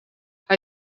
hij